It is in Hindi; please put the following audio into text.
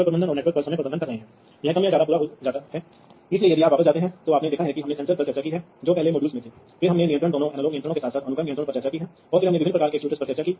अब यहाँ इस आरेख में आप देखते हैं कि फील्डबस पर उपकरणों को कैसे जोड़ा जा सकता है